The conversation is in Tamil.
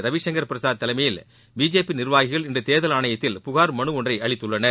ரவிசங்கா் பிரசாத் தலைமையில் பிஜேபி நிர்வாகிகள் இன்று தேர்தல் ஆணையத்தில் புகார் மலு ஒன்றை அளித்துள்ளனர்